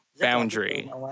boundary